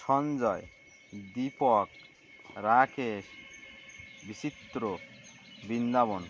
Sanjay Deepak Rakesh Bichitra Vrindavan